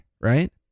right